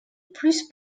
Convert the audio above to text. plus